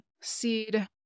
seed